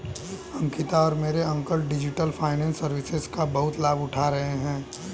अंकिता और मेरे uncle digital finance services का बहुत लाभ उठा रहे हैं